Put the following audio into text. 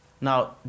Now